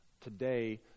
Today